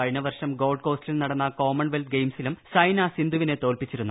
കഴിഞ്ഞ് വ്യർഷം ഗോൾഡ് കോസ്റ്റിൽ നടന്ന കോമൺവെൽത്ത് ശ്ദ്ധ്യിംസിലും സൈന സിന്ധുവിനെ തോല്പിച്ചിരുന്നു